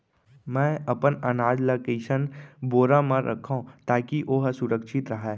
मैं अपन अनाज ला कइसन बोरा म रखव ताकी ओहा सुरक्षित राहय?